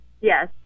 Yes